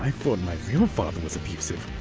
i thought my real father was abusive.